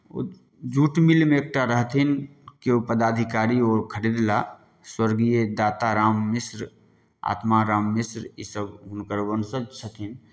ओ jute मिलमे एकटा रहथिन किओ पदाधिकारी ओ खरीदलाह स्वर्गीय दाताराम मिश्र आत्माराम मिश्र ईसभ हुनकर वंशज छथिन